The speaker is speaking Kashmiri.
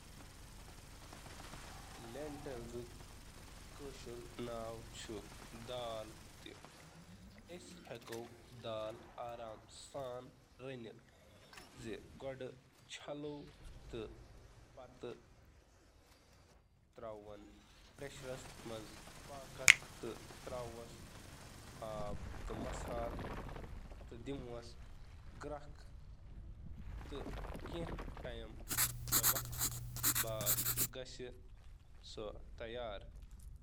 دال تیار کرنہٕ خٲطرٕ کٔرِو گۄڈٕ تِم سٹرینرَس منٛز۔ اَمہِ پتہٕ تھٲوِو اَکھ کپ دالہٕ أکِس بٔڑِس بانَس منٛز اَکُہ /ز ٕ کپ آب سۭتۍ۔ اَنِو اَتھٕ، پتہٕ کٔرِو اَکہِ لَٹہِ تُلِتھ، لَگ بَگ پنٛدہ۔ وُہہ, مِنٹَن تام کٔرِو ڈوٗر تہٕ رَنُن۔ اصل پٲٹھۍ کْریو ڈرین۔